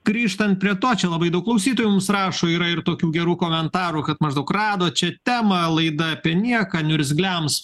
grįžtant prie to čia labai daug klausytojų mums rašo yra ir tokių gerų komentarų kad maždaug rado čia temą laida apie nieką niurzgliams